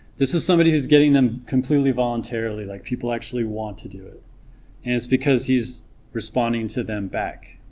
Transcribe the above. this is somebody who's getting them completely voluntarily, like people actually want to do it and it's because he's responding to them back